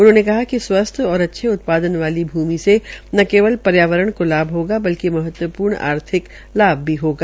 उन्होंने कहा कि स्वस्थ् और अच्छे उत्पादन वाली भूमि से न केवल पर्यावरण को लाभ होगा बल्कि महत्वपूर्ण आर्थिक लाभ भी होगा